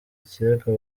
ikirego